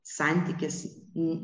santykis į